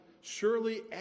surely